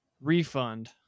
refund